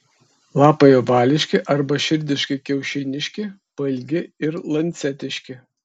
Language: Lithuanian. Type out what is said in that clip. lapai ovališki arba širdiškai kiaušiniški pailgi ir lancetiški